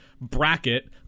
bracket